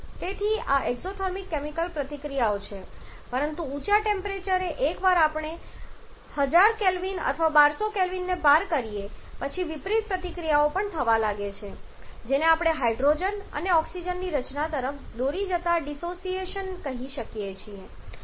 તેથી આ exothermic chemical પ્રતિક્રિયાઓ છે પરંતુ ઊંચા ટેમ્પરેચરે એકવાર આપણે 1000 K અથવા 1200 K ને પાર કરીએ છીએ પછી વિપરીત પ્રતિક્રિયાઓ પણ થવા લાગે છે જેને આપણે હાઇડ્રોજન અને ઓક્સિજનની રચના તરફ દોરી જતા ડિસોસિએશન કહીએ છીએ